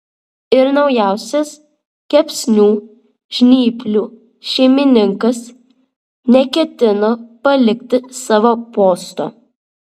ir naujasis kepsnių žnyplių šeimininkas neketino palikti savo posto